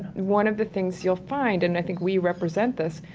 one of the things you'll find and i think we represent this,